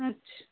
আচ্ছা